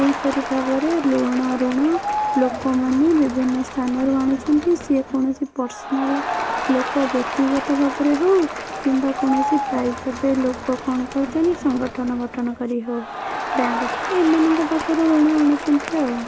ଏହିପରି ଭାବରେ ଋଣ ଲୋକମାନେ ବିଭିନ୍ନ ସ୍ଥାନରୁ ଆଣୁଛନ୍ତି ସିଏ କୌଣସି ପର୍ସନାଲ୍ ଲୋକ ବ୍ୟକ୍ତିଗତ ଭାବରେ ହଉ କିମ୍ବା କୌଣସି ପ୍ରାଇଭେଟ୍ ଲୋକ କ'ଣ କରୁଛନ୍ତି ସଂଗଠନ ଗଠନକାରି ହଉ ବ୍ୟାଙ୍କ୍ ଛଡ଼ା ଏମାନଙ୍କ ପାଖରୁ ଋଣ ଆଣୁଛନ୍ତି ଆଉ